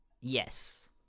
Yes